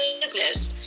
business